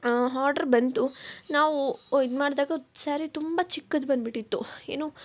order ಬಂತು ನಾವು ಇದ್ಮಾಡ್ದಾಗ ಸ್ಯಾರಿ ತುಂಬ ಚಿಕ್ಕದು ಬಂದ್ಬಿಟ್ಟಿತ್ತು ಏನು